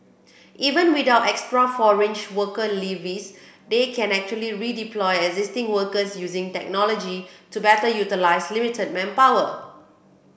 even without extra foreign worker levies they can actually redeploy existing workers using technology to better utilise limited manpower